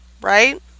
right